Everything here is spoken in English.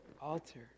altar